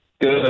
Good